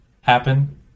happen